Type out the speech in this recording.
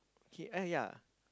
K eh yea